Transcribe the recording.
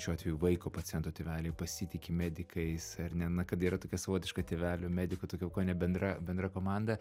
šiuo atveju vaiko paciento tėveliai pasitiki medikais ar ne na kad yra tokia savotiška tėvelių medikų tokia kone bendra bendra komanda